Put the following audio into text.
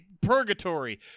purgatory